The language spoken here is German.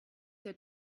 der